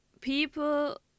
people